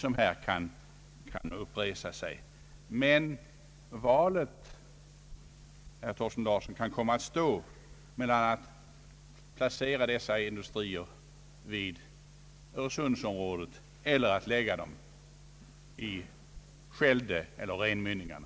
Men, herr Thorsten Larsson, valet kan komma att stå emellan att placera dessa industrier i Öresundsområdet eller att lägga dem i Scheldeeller Rhenmynningarna.